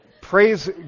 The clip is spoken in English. Praise